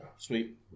sweet